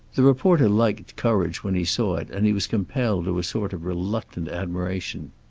the reporter liked courage when he saw it, and he was compelled to a sort of reluctant admiration.